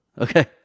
Okay